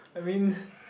I mean